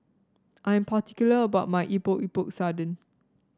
I'm particular about my Epok Epok Sardin